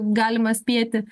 galima spėti